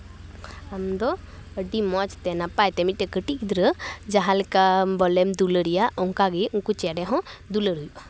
ᱟᱢ ᱫᱚ ᱟᱹᱰᱤ ᱢᱚᱡᱽ ᱛᱮ ᱱᱟᱯᱟᱭ ᱛᱮ ᱢᱤᱫᱴᱮᱱ ᱠᱟᱹᱴᱤᱡ ᱜᱤᱫᱽᱨᱟᱹ ᱡᱟᱦᱟᱸ ᱞᱮᱠᱟ ᱵᱚᱞᱮᱢ ᱫᱩᱞᱟᱹᱲ ᱮᱭᱟ ᱚᱱᱠᱟ ᱜᱮ ᱩᱱᱠᱩ ᱪᱮᱬᱮ ᱦᱚᱸ ᱫᱩᱞᱟᱹᱲ ᱦᱩᱭᱩᱜᱼᱟ